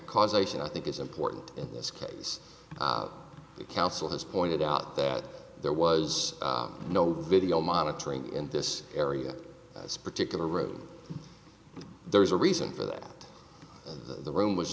causation i think is important in this case the council has pointed out that there was no video monitoring in this area this particular room there was a reason for that the room was